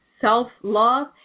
self-love